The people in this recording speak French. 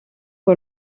que